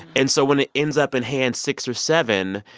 and so when it ends up in hands six or seven,